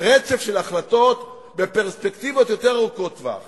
רצף של החלטות בפרספקטיבות יותר ארוכות טווח